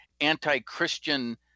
anti-Christian